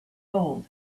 old